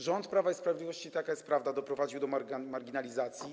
Rząd Prawa i Sprawiedliwości, taka jest prawda, doprowadził do marginalizacji Polski.